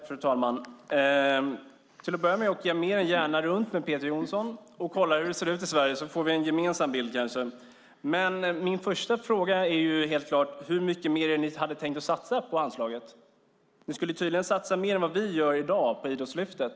Fru talman! Jag åker mer än gärna runt med Peter Johnsson och kollar hur det ser ut i Sverige. Då kanske vi får en gemensam bild. Min fråga är dock hur mycket mer ni hade tänkt satsa på anslaget, Peter Johnsson. Ni skulle tydligen satsa mer än vad vi i dag satsar på Idrottslyftet.